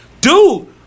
Dude